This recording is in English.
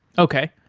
okay.